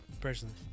Personally